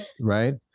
right